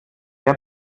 der